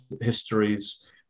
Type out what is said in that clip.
histories